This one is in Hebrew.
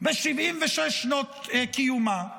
ב-76 שנות קיומה?